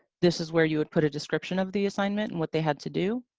this is where you would put a description of the assignment and what they had to do.